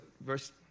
verse